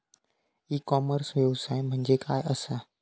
E commerce व्यवसाय म्हणजे काय असा?